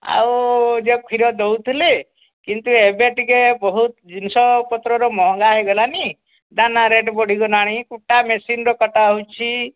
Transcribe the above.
ଆଉ ଯେଉଁ କ୍ଷୀର ଦେଉଥିଲି କିନ୍ତୁ ଏବେ ଟିକିଏ ବହୁତ ଜିନିଷ ପତ୍ରର ମହାଙ୍ଗା ହେଇଗଲାଣି ଦାନା ରେଟ୍ ବଢ଼ିଗଲାଣି କୁଟା ମେସିନ୍ର କଟା ହେଉଛି